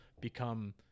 become